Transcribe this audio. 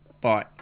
Bye